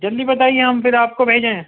جلدی بتائیے ہم پھر آپ کو بھیجیں